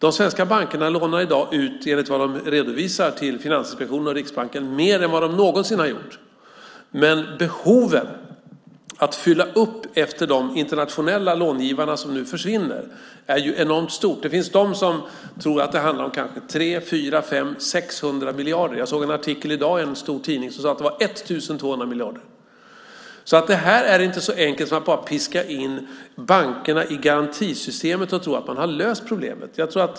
De svenska bankerna lånar i dag ut, enligt vad de redovisar till Finansinspektionen och Riksbanken, mer än vad de någonsin har gjort. Men behovet att fylla upp efter de internationella långivare som nu försvinner är enormt stort. De finns de som tror att det handlar om kanske 300, 400, 500 eller 600 miljarder. Jag såg i dag en artikel i en stor tidning som sade att det var 1 200 miljarder. Det är inte bara så enkelt som att piska in bankerna i garantisystemet och tro att man har löst problemet.